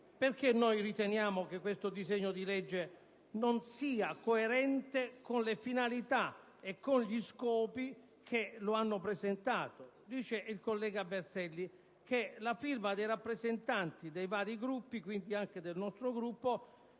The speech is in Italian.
Perché noi riteniamo che questo disegno di legge non sia coerente con le finalità e con gli scopi che hanno presieduto alla sua presentazione. Dice il collega Berselli che la firma dei rappresentanti dei vari Gruppi - quindi anche del nostro -